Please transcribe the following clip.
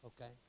Okay